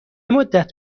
مدت